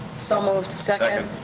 so moved. second.